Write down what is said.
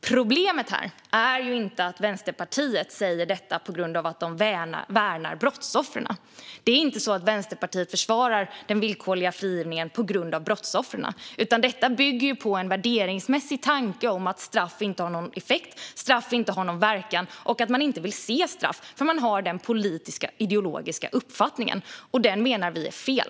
Problemet här är inte att Vänsterpartiet säger detta därför att man värnar brottsoffren. Det är inte så att Vänsterpartiet försvarar den villkorliga frigivningen på grund av brottsoffren, utan detta bygger på en värderingsmässig tanke om att straff inte har någon effekt eller verkan. Man vill inte se straff, för det är den politiska, ideologiska uppfattning man har. Vi menar att den är fel.